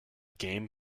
game